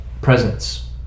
presence